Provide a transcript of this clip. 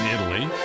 Italy